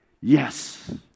yes